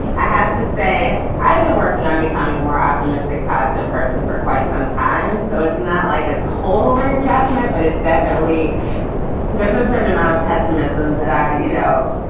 i have to say, i've been working on becoming more optimistic, positive person for quite some time. so it's not like it's holding a jackhammer, but it's definitely there's a certain amount of pessimism that i, you know,